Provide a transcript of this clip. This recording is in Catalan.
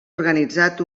organitzat